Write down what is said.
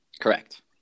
Correct